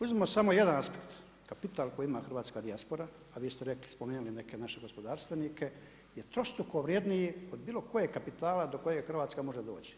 Uzmimo samo jedan aspekt, kapital koji ima hrvatska dijaspora a vi ste rekli, spomenuli neke naše gospodarstvenike je trostruko vrjedniji od bilo kojeg kapitala do kojeg Hrvatska može doći.